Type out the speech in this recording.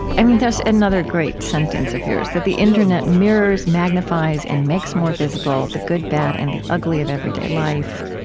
i mean there's another great sentence of yours, that the internet mirrors, magnifies, and makes more visible the good, bad, and the ugly of everyday life,